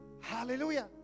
Hallelujah